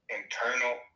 internal